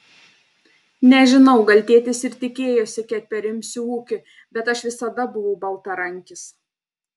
nežinau gal tėtis ir tikėjosi kad perimsiu ūkį bet aš visada buvau baltarankis